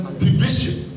division